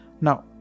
Now